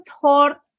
thought